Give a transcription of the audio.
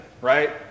right